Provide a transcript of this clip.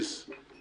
בבסיס